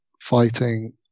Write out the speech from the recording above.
fighting